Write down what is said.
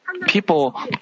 people